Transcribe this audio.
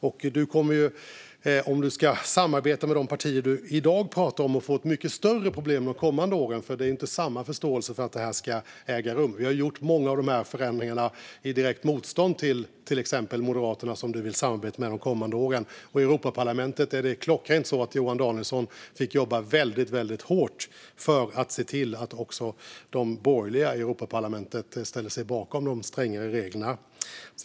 Om du, Thomas Morell, ska samarbeta med de partier det i dag pratas om kommer du att få ett mycket större problem de kommande åren, för där finns inte samma förståelse för att detta ska äga rum. Vi har gjort många av dessa förändringar med direkt motstånd från till exempel Moderaterna, som du vill samarbeta med under de kommande åren. I Europaparlamentet var det verkligen så att Johan Danielsson fick jobba väldigt hårt för att se till att också de borgerliga ställde sig bakom de strängare reglerna.